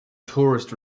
tourist